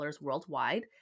worldwide